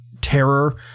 terror